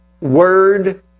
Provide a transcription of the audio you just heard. word